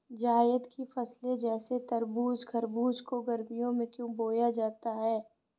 जायद की फसले जैसे तरबूज़ खरबूज को गर्मियों में क्यो बोया जाता है?